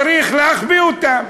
צריך להחביא אותן.